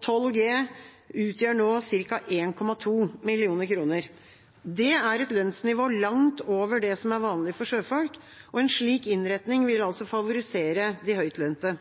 12G utgjør nå ca. 1,2 mill. kr. Det er et lønnsnivå langt over det som er vanlig for sjøfolk, og en slik innretning vil favorisere de